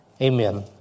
Amen